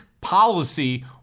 policy